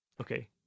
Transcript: Okay